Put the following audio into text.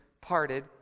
parted